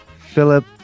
Philip